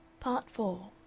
part four